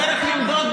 הדרך למדוד,